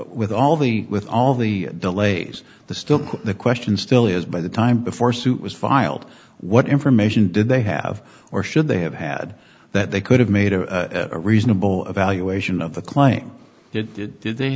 with all the with all the delays the still the question still is by the time before suit was filed what information did they have or should they have had that they could have made a reasonable evaluation of the claim it did did they